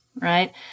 right